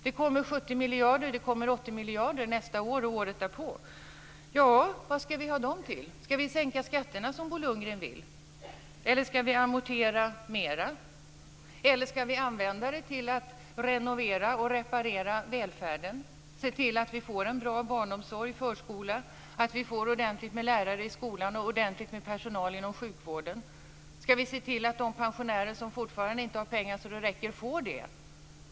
Det kommer 70 miljarder och 80 miljarder nästa år och året därpå. Vad ska vi ha dem till? Ska vi sänka skatterna som Bo Lundgren vill? Eller ska vi amortera mera? Eller ska vi använda dem till att renovera och reparera välfärden och se till att vi får en bra barnomsorg och förskola, att vi får ordentligt med lärare i skolan och ordentligt med personal inom sjukvården? Ska vi se till att de pensionärer som fortfarande inte har pengar så att det räcker får det?